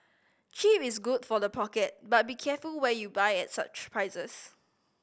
cheap is good for the pocket but be careful where you buy at such prices